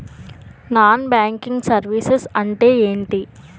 Non banking services అంటే ఎంటి?